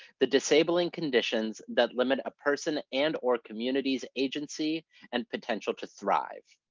the disabling conditions that limit a person and or community's agency and potential to thrive.